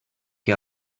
que